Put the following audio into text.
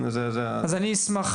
אשמח,